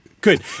good